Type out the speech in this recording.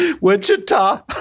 Wichita